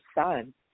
son